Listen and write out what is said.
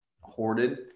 hoarded